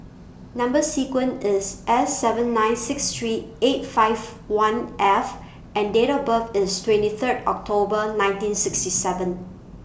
Number sequence IS S seven nine six three eight five one F and Date of birth IS twenty Third October nineteen sixty seven